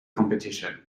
competition